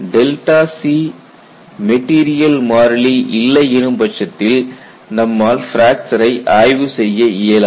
c material மாறிலி இல்லை எனும் பட்சத்தில் நம்மால் பிராக்சரை ஆய்வு செய்ய இயலாது